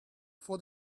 for